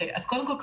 קודם כול,